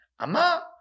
ama